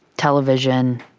television,